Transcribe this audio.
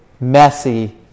messy